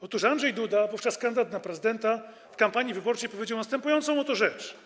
Otóż Andrzej Duda - wówczas kandydat na prezydenta - w kampanii wyborczej powiedział następującą rzecz.